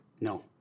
No